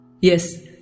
Yes